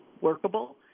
workable